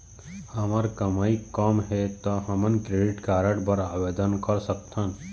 हमर कमाई कम हे ता हमन क्रेडिट कारड बर आवेदन कर सकथन?